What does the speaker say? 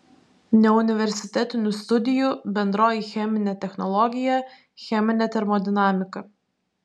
neuniversitetinių studijų bendroji cheminė technologija cheminė termodinamika